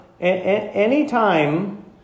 Anytime